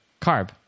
Carb